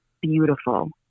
beautiful